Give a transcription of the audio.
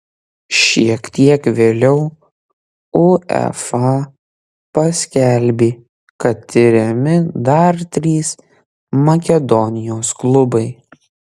šiek tiek vėliau uefa paskelbė kad tiriami dar trys makedonijos klubai